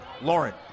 Lauren